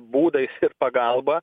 būdais ir pagalba